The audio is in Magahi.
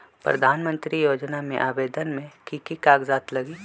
प्रधानमंत्री योजना में आवेदन मे की की कागज़ात लगी?